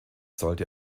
sollte